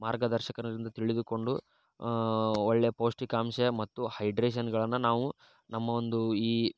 ಮಾರ್ಗದರ್ಶಕರಿಂದ ತಿಳಿದುಕೊಂಡು ಒಳ್ಳೆ ಪೌಷ್ಠಿಕಾಂಶ ಮತ್ತು ಹೈಡ್ರೇಶನ್ಗಳನ್ನು ನಾವು ನಮ್ಮ ಒಂದು ಈ